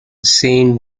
saint